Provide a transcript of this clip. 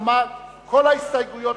אנחנו עוברים להצביע על הסתייגויות.